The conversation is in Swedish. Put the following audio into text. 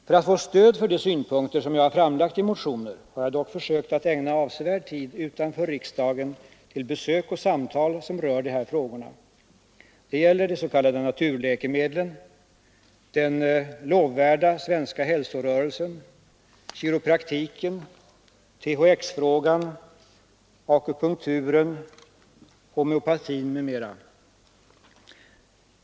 För att få stöd för de synpunkter som jag framfört i motioner har jag dock försökt att ägna avsevärd tid utanför riksdagen till besök och samtal som rör de här frågorna. Det gäller de s.k. naturläkemedlen, den lovvärda svenska hälsorörelsen, chiropraktiken, THX-frågan, akupunkturen, homeopatin m.m.